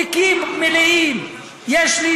תיקים מלאים יש לי,